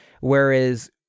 whereas